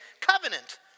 Covenant